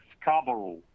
Scarborough